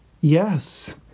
Yes